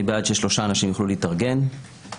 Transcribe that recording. אני בעד ששלושה אנשים יוכלו להתארגן זכות